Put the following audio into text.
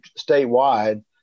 statewide